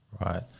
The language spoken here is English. Right